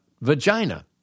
vagina